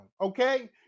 Okay